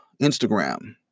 Instagram